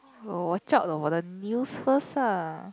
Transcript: watch out for news first ah